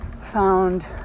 found